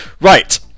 Right